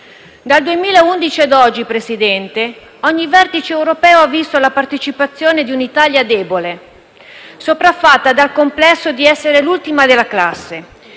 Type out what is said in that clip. Dal 2011 ad oggi, signor Presidente, ogni vertice europeo ha visto la partecipazione di un'Italia debole, sopraffatta dal complesso di essere l'ultima della classe